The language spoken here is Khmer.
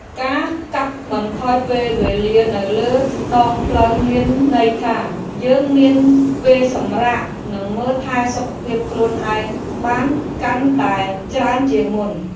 ការកាត់បន្ថយពេលវេលានៅលើដងផ្លូវមានន័យថាយើងមានពេលសម្រាកនិងមើលថែសុខភាពខ្លួនឯងបានកាន់តែច្រើនជាងមុន។